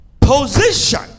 Position